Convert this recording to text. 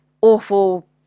awful